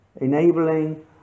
enabling